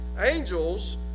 Angels